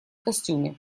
костюме